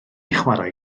chwarae